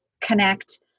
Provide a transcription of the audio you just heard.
connect